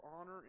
honor